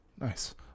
Nice